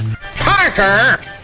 Parker